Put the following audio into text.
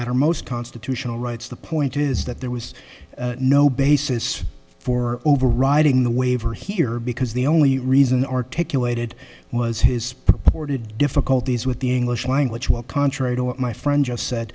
matter most constitutional rights the point is that there was no basis for overriding the waiver here because the only reason articulated was his purported difficulties with the english language well contrary to what my friend just said